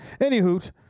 Anywho